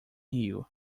rio